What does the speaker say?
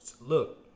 Look